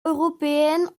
européenne